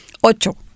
Ocho